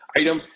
item